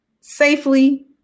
Safely